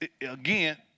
Again